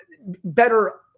better